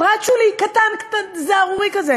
פרט שולי, קטן, זערורי כזה.